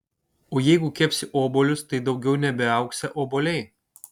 o jeigu kepsi obuolius tai daugiau nebeaugsią obuoliai